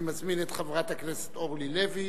אני מזמין את חברת הכנסת אורלי לוי,